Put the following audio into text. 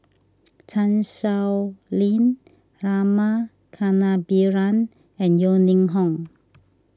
Chan Sow Lin Rama Kannabiran and Yeo Ning Hong